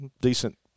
decent